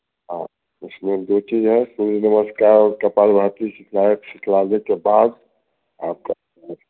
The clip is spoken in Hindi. हाँ उसमें दो चीज़ है सूर्य नमस्कार और कपालभाति सिखलाने के बाद आपका